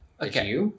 okay